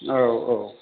औ औ